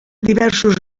diversos